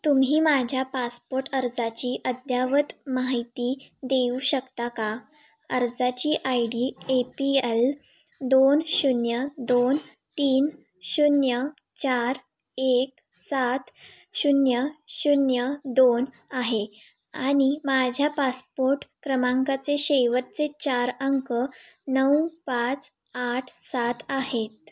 तुम्ही माझ्या पासपोर्ट अर्जाची अद्ययावत माहिती देऊ शकता का अर्जाची I D A P L दोन शून्य दोन तीन शून्य चार एक सात शून्य शून्य दोन आहे आणि माझ्या पासपोर्ट क्रमांकाचे शेवटचे चार अंक नऊ पाच आठ सात आहेत